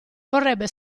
vorrebbe